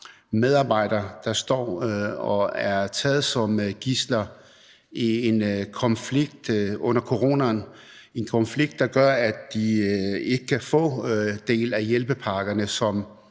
medarbejdere, der står og er taget som gidsler i en konflikt under coronaen, en konflikt, der gør, at de ikke kan få dele af hjælpepakkerne, som